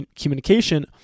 communication